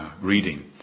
reading